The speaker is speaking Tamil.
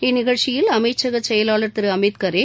இந்நிகழ்ச்சியில் அமைச்சக செயலாளர் திரு அமித் கரே